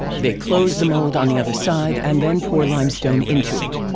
they close the mold on the other side and then pour limestone into it.